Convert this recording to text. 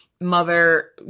mother